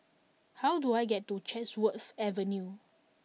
how do I get to Chatsworth Avenue